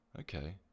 Okay